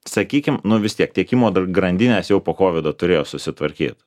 sakykim nu vis tiek tiekimo grandinės jau po covido turėjo susitvarkyt